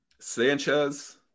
Sanchez